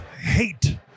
hate